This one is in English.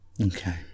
Okay